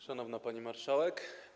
Szanowna Pani Marszałek!